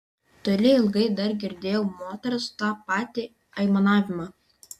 toli ilgai dar girdėjau moters tą patį aimanavimą